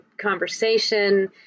conversation